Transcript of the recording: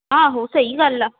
ਆਹੋ ਸਹੀ ਗੱਲ ਆ